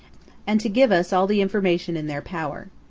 and to give us all the information in their power.